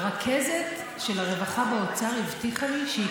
הרכזת של הרווחה באוצר הבטיחה לי שהיא